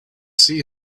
see